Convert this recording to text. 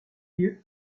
lieu